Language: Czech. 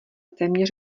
téměř